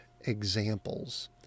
examples